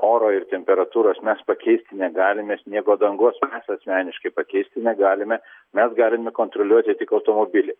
oro ir temperatūros mes pakeisti negalime sniego dangos mes asmeniškai pakeisti negalime mes galime kontroliuoti tik automobilį